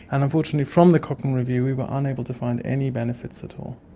and unfortunately from the cochrane review we were unable to find any benefits at all.